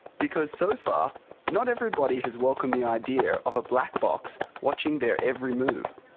because so far not everybody has welcomed the idea of a black box watching their every move.